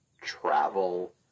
travel